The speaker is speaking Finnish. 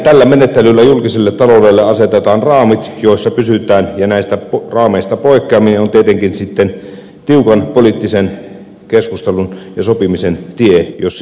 tällä menettelyllä julkiselle taloudelle asetetaan raamit joissa pysytään ja näistä raameista poikkeaminen on tietenkin sitten tiukan poliittisen keskustelun ja sopimisen tie jos sille lähdetään